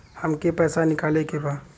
हमके पैसा निकाले के बा